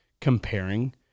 comparing